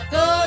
go